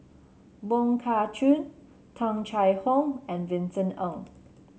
Wong Kah Chun Tung Chye Hong and Vincent Ng